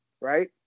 Right